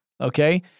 okay